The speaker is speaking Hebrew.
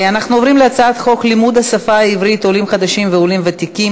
אנחנו עוברים להצעת חוק לימוד השפה העברית (עולים חדשים ועולים ותיקים),